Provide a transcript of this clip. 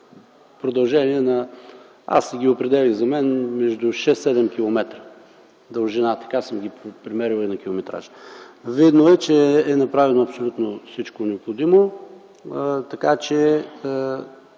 продължение на, аз ги определих за мен между 6-7 километра дължина, така съм ги премерил и на километраж. Видно е, че е направено абсолютно всичко необходимо, така че